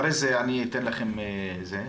אחר כך אני אתן לכם לשאול,